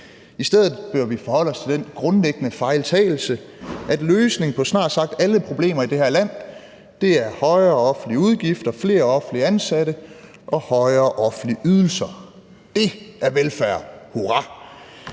I stedet bør vi forholde os til den grundlæggende fejltagelse, at løsningen på snart sagt alle problemer i det her land er højere offentlige udgifter, flere offentligt ansatte og højere offentlige ydelser. Det er velfærd, hurra!